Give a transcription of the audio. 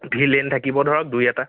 villain থাকিব ধৰক দুই এটা